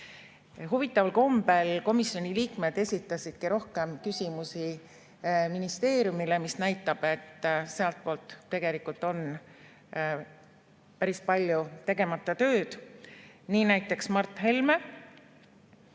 Huvitaval kombel komisjoni liikmed esitasidki rohkem küsimusi ministeeriumile, mis näitab, et sealtpoolt tegelikult on päris palju tegemata tööd. Nii näiteks Mart Helme